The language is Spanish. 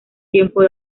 tiempo